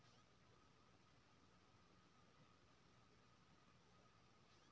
बीमा योजना सम्बंधित समस्या के शिकायत कत्ते कैल जा सकै छी?